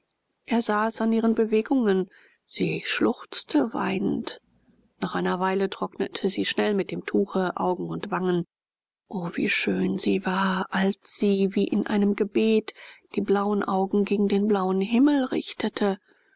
er sah es an ihren bewegungen sie schluchzte weinend nach einer weile trocknete sie schnell mit dem tuche augen und wangen o wie schön sie war als sie wie in einem gebet die blauen augen gegen den blauen himmel richtete